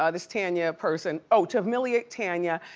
ah this tanya person, oh, to humiliate tanya,